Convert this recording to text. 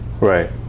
Right